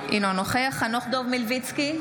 אינו נוכח חנוך דב מלביצקי,